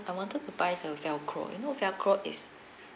I wanted to buy the velcro you know velcro is